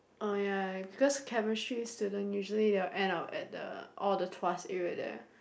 oh ya because chemistry student usually they will end up at the all the Tuas area there